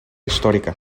histórica